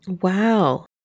Wow